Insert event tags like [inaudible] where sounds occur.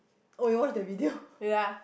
oh you watch the video [breath]